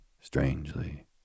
strangely